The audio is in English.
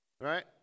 Right